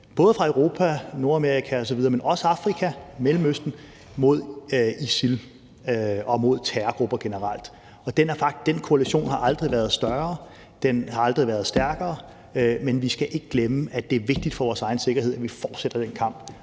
både fra Europa, Nordamerika osv., men også fra Afrika og Mellemøsten, mod ISIL og mod terrorgrupper generelt. Den koalition har aldrig været større, og den har aldrig været stærkere, men vi skal ikke glemme, at det er vigtigt for vores egen sikkerhed, at vi fortsætter den kamp,